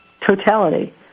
totality